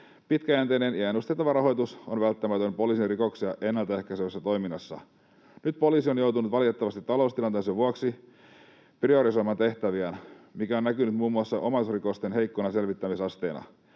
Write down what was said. Pitkäjänteinen ja ennustettava rahoitus on välttämätön poliisin rikoksia ennalta ehkäisevässä toiminnassa. Nyt poliisi on joutunut valitettavasti taloustilanteensa vuoksi priorisoimaan tehtäviään, mikä on näkynyt muun muassa omaisuusrikosten heikkona selvittämisasteena.